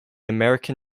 american